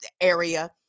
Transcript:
area